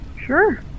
Sure